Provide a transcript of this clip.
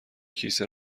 کیسه